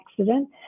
accident